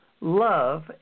love